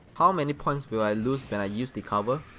how many points will i lose when i use the cover?